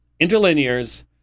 interlinears